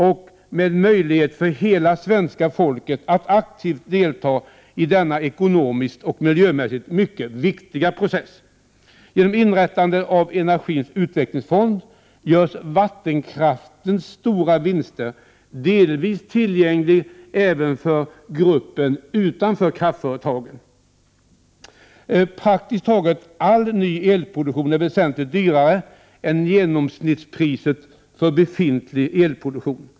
Hela svenska folket skall ha möjlighet att aktivt delta i denna ekonomiskt och miljömässigt mycket viktiga process. Genom inrättandet av en energins utvecklingsfond skulle vattenkraftens stora vinster delvis bli tillgängliga även för grupper utanför kraftföretagen. Priset för praktiskt taget all ny elproduktion är väsentligt högre än genomsnittspriset för befintlig elproduktion.